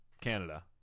Canada